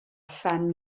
phen